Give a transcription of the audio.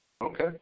Okay